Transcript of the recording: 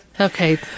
Okay